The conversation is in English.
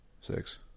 six